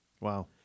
Wow